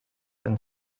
and